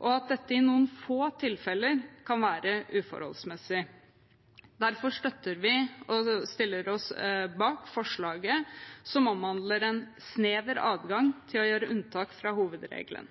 og at dette i noen få tilfeller kan være uforholdsmessig. Derfor støtter vi og stiller oss bak forslaget til vedtak som omhandler en snever adgang til å gjøre unntak fra hovedregelen.